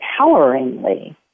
empoweringly